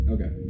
Okay